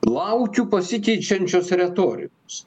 laukiu pasikeičiančios retorikos